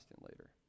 later